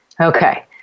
Okay